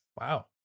wow